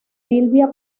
sylvia